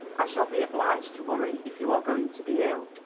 i shall be obliged to worry if you are going to be ill,